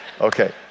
okay